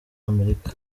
amerika